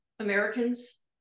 Americans